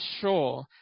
sure